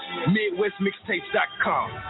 MidwestMixtapes.com